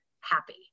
happy